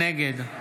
נגד